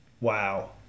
wow